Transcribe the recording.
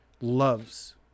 loves